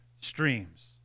streams